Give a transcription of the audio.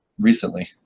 recently